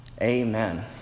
Amen